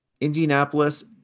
Indianapolis